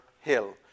hill